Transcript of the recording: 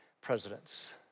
presidents